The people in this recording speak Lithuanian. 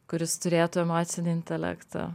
kuris turėtų emocinį intelektą